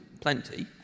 plenty